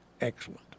excellent